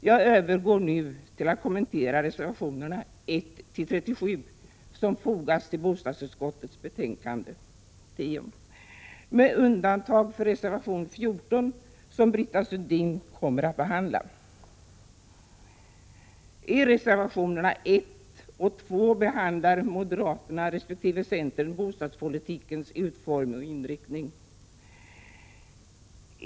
Jag övergår nu till att kommentera reservationerna 1-37, som fogats till bostadsutskottets betänkande 10, med undantag för reservation 14 som Britta Sundin kommer att ta upp. I reservationerna 1 och 2 behandlar moderaterna resp. centerpartiet bostadspolitikens utformning och inriktning.